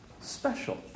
special